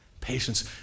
patience